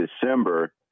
December